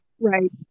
Right